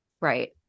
Right